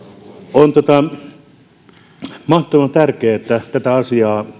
on mahtavan tärkeää että käsiteltäisiin jatkossa tätä asiaa